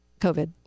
COVID